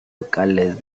locales